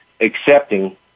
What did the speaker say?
accepting